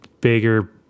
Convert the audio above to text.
bigger